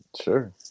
Sure